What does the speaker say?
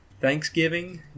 Thanksgiving